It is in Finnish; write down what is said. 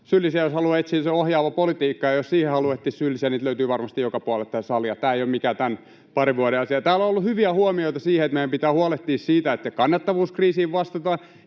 syyllisiä haluaa etsiä, se on ohjaava politiikka, ja jos siihen haluaa etsiä syyllisiä, niitä löytyy varmasti joka puolelta tätä salia. Tämä ei ole mikä parin vuoden asia. Täällä ollut hyviä huomioita siihen, että meidän pitää huolehtia siitä, että kannattavuuskriisiin vastataan